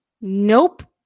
Nope